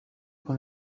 con